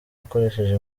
akoresheje